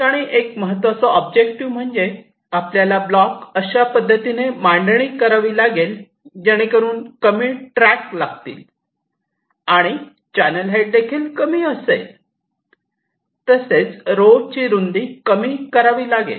ठिकाणी एक महत्त्वाचा ऑब्जेक्टिव्ह म्हणजे आपल्याला ब्लॉक अशा पद्धतीने मांडणी करावे लागते जेणेकरून कमी ट्रॅक्ट लागतील आणि चॅनल हाईट देखील कमी असेल तसेच रो ची रुंदी कमी करावी लागेल